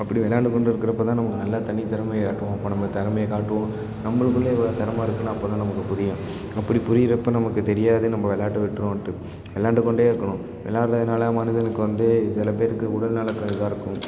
அப்படி விள்ளாண்டுக் கொண்டு இருக்குறப்போ தான் நமக்கு நல்லா தனித் திறமையைக் காட்டுவோம் அப்போ நம்ம திறமையக் காட்டுவோம் நம்பளுக்குள்ளே இவ்வளோ தெறமை இருக்குன்னு அப்போதான் நமக்கு புரியும் அப்படி புரியிறப்போ நமக்கு தெரியாது நம்ப விளையாட்ட விட்டுருவோன்ட்டு விள்ளாண்டுக் கொண்டே இருக்கணும் விளையாட்றதுனால மனிதனுக்கு வந்து சிலப் பேருக்கு உடல் நலத்தில் இதாக இருக்கும்